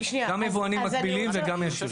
גם המקבילים וגם הישירים.